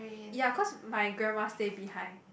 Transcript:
ya cause my grandma stay behind